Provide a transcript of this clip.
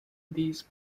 these